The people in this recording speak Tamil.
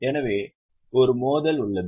எனவே ஒரு மோதல் உள்ளது